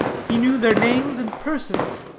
he knew their names and persons.